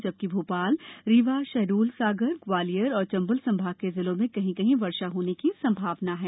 जबकि भोपाल रीवा शहडोल सागर ग्वलियर एवं चंबल संभाग के जिलों में कहीं कही वर्षा होने की संभावना है